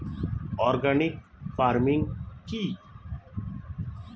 Organic farming কি?